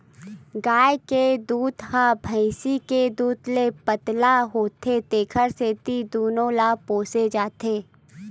गाय के दूद ह भइसी के दूद ले पातर होथे तेखर सेती दूनो ल पोसे जाथे